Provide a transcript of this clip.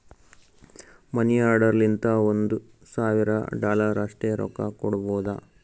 ಮನಿ order ಲಿಂತ ಒಂದ್ ಸಾವಿರ ಡಾಲರ್ ಅಷ್ಟೇ ರೊಕ್ಕಾ ಕೊಡ್ಬೋದ